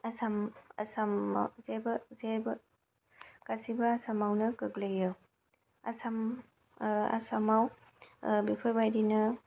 आसामाव जेबो गासैबो आसामावनो गोग्लैयो आसाम आसामाव बेफोरबायदिनो